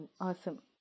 awesome